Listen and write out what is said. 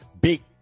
big